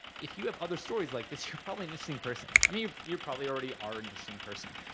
if you have other stories like this, you're probably an interesting person. i mean you're probably already are an interesting person,